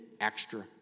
extra